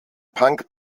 punk